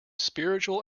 spiritual